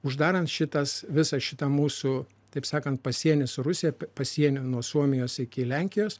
uždarant šitas visą šitą mūsų taip sakant pasienį su rusija pasienį nuo suomijos iki lenkijos